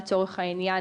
לצורך העניין,